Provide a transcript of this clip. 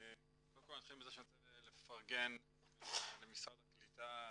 קודם כל אני אתחיל מזה שאני רוצה לפרגן למשרד הקליטה,